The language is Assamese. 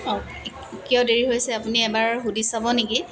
অঁ কিয় দেৰি হৈছে আপুনি এবাৰ সুধি চাব নেকি